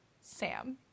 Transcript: Sam